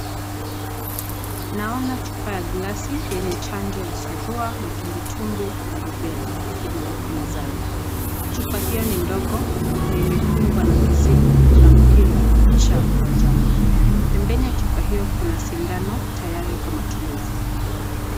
Naona chupa ya glasi yenye chanjo ya surua, matumbwi tumbwi na rubella iliyo kwa mezani. Chupa hio ni ndogo, na imefungwa na kizibo cha mpira ya manjano , pembeni chupa hio kina sindano tayari Kwa matumizi.